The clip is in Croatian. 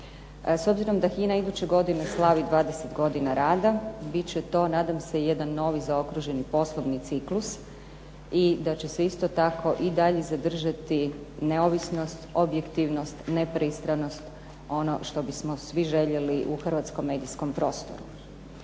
S obzirom da HINA iduće godine slavi 20 godina rada, bit će to nadam se jedan novi zaokruženi poslovni ciklus i da će se isto tako i dalje zadržati neovisnost, objektivnost, nepristranost ono što bismo svi željeli u hrvatskom medijskom prostoru.